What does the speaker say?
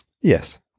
Yes